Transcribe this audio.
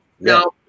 No